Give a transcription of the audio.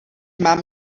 mám